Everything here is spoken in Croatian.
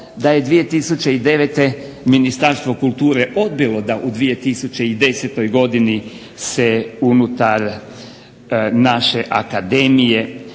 da je 2009. Ministarstvo kulture odbilo da u 2010. godini se unutar naše akademije